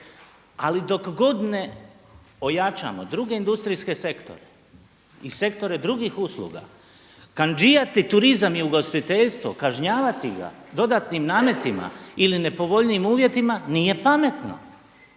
Ali dok god ne ojačamo druge industrijske sektore i sektore drugih usluga, kandžijati turizam i ugostiteljstvo, kažnjavati ga dodatnim nametima ili nepovoljnijim uvjetima nije pametno.